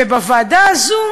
ובוועדה הזו,